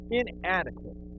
inadequate